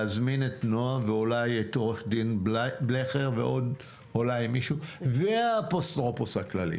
להזמין את נועה ואולי את עו"ד בלכר ועוד אולי מישהו והאפוטרופוס הכללי.